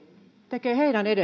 tekee